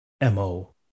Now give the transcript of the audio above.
mo